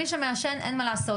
מי שמעשן אין מה לעשות,